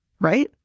right